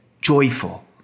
joyful